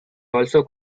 also